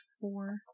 four